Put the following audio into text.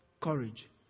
courage